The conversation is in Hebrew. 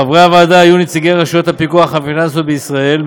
חברי הוועדה יהיו נציגי רשויות הפיקוח הפיננסיות בישראל,